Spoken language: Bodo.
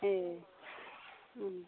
ए